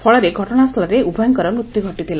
ଫଳରେ ଘଟଶାସ୍ଚଳରେ ଉଭୟଙ୍କ ମୃତ୍ୟୁ ହୋଇଥିଲା